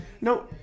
No